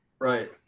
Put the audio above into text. Right